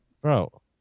Bro